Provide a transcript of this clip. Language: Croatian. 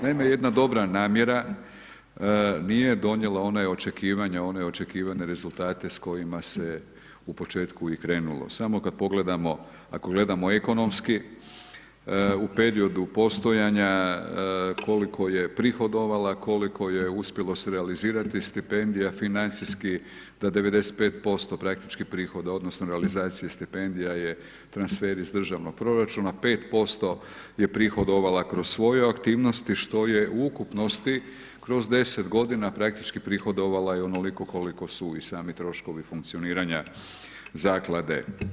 Naime, jedna dobra namjera nije donijela ona očekivanja, one očekivana rezultate s kojima se u početku i krenulo, samo kad pogledamo, ako gledamo ekonomski u periodu postojanja koliko je prihodovala, koliko je uspjelo se realizirati stipendija, financijski da 95% praktički prihoda odnosno realizacije stipendija je transfer iz državnog proračuna, 5% je prihodovala kroz svoje aktivnosti što je u ukupnosti kroz 10 godina praktički prihodovala je onoliko koliko su i sami troškovi funkcioniranja zaklade.